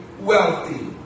wealthy